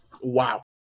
Wow